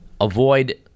avoid